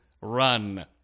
run